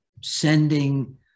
sending